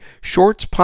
shorts